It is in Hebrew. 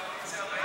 הצבעה.